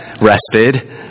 rested